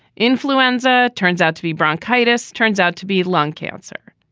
influenza turns out to be bronchitis. turns out to be lung cancer.